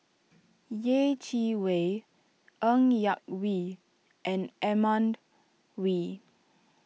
Yeh Chi Wei Ng Yak Whee and Edmund Wee